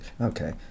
okay